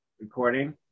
recording